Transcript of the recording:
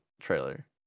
trailer